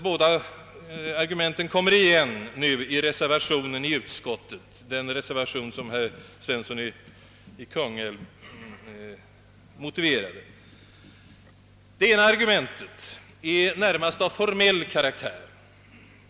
Båda argumenten kommer igen i reservationen i Det ena argumentet är närmast av formell karaktär.